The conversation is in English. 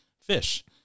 fish